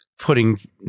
Putting